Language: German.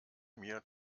mir